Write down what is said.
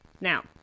now